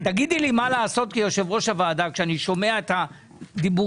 תגידי לי מה לעשות כיושב ראש הוועדה כשאני שומע את הדיבורים